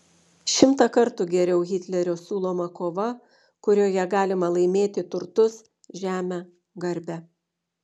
šimtą kartų geriau hitlerio siūloma kova kurioje galima laimėti turtus žemę garbę